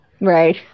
Right